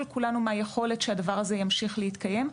כולנו מהיכולת שהדבר הזה ימשיך להתקיים,